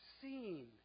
seen